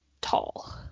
tall